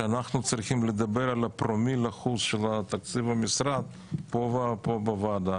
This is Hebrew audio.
שאנחנו צריכים לדבר על הפרומיל אחוז של תקציב המשרד פה בוועדה.